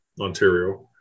Ontario